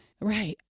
Right